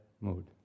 mood